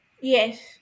Yes